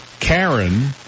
Karen